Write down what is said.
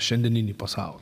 šiandieninį pasaulį